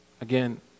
Again